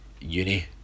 uni